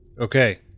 Okay